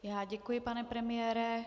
Já děkuji, pane premiére.